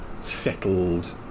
settled